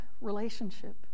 relationship